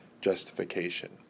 justification